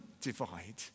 divide